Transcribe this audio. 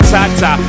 Tata